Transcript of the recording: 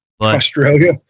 Australia